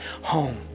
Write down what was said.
home